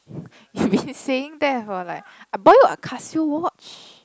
you've been saying that for like I bought you a Casio watch